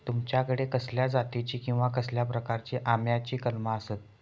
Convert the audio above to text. तुमच्याकडे कसल्या जातीची किवा कसल्या प्रकाराची आम्याची कलमा आसत?